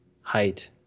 height